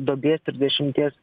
duobės trisdešimties